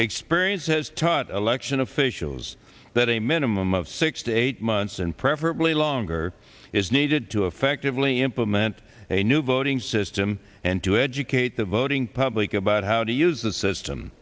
experience has taught election officials that a minimum of six to eight months and preferably longer is needed to effectively implement a new voting system and to educate the voting public about how to use the system